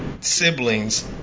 siblings